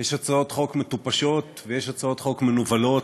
יש הצעות חוק מטופשות, יש הצעות חוק מנוולות,